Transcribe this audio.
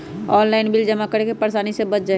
Online bill जमा करे से परेशानी से बच जाहई?